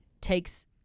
takes